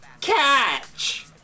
catch